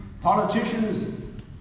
Politicians